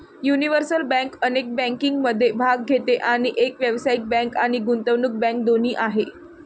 universal bank अनेक बँकिंगमध्ये भाग घेते आणि एक व्यावसायिक बँक आणि गुंतवणूक बँक दोन्ही आहे